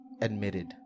admitted